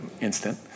instant